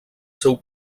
seu